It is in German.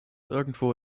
irgendwo